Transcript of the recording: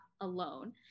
alone